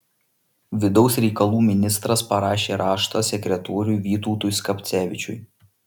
vidaus reikalų ministras parašė raštą sekretoriui vytautui skapcevičiui